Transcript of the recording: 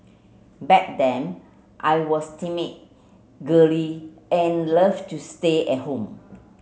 back then I was timid girly and loved to stay at home